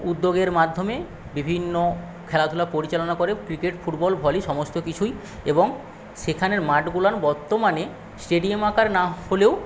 উদ্যোগের মাধ্যমে বিভিন্ন খেলাধুলা পরিচালনা করে ক্রিকেট ফুটবল ভলি সমস্ত কিছুই এবং সেখানের মাঠগুলো বর্তমানে স্টেডিয়াম আকার না হলেও